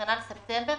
כנ"ל ספטמבר,